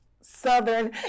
southern